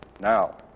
Now